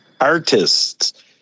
artists